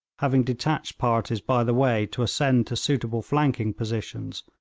having detached parties by the way to ascend to suitable flanking positions,